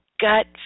gut